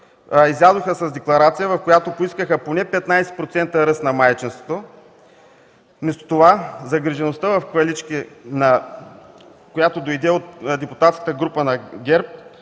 излязоха с декларация, в която поискаха поне 15% ръст на майчинството. Вместо това „загрижеността”, която дойде от депутатската група на ГЕРБ,